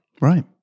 Right